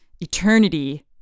eternity